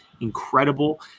incredible